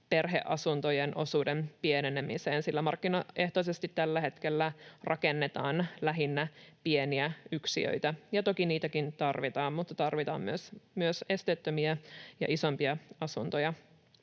perheasuntojen osuuden pienenemiseen, sillä markkinaehtoisesti tällä hetkellä rakennetaan lähinnä pieniä yksiöitä — toki niitäkin tarvitaan, mutta tarvitaan myös esteettömiä ja isompia asuntoja.